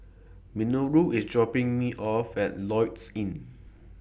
Minoru IS dropping Me off At Lloyds Inn